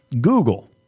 Google